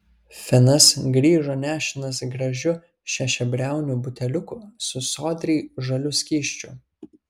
finas grįžo nešinas gražiu šešiabriauniu buteliuku su sodriai žaliu skysčiu